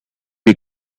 big